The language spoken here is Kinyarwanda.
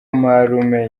marume